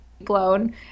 blown